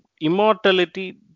immortality